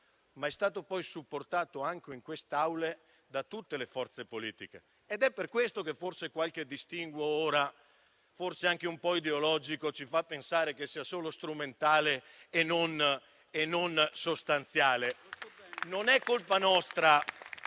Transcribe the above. ma anche supportato in queste Aule da tutte le forze politiche. È per questo che ora qualche distinguo, forse anche un po' ideologico, ci fa pensare che sia solo strumentale e non sostanziale.